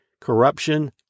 corruption